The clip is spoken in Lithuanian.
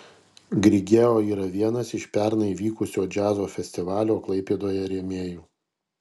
grigeo yra vienas iš pernai vykusio džiazo festivalio klaipėdoje rėmėjų